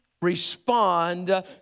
respond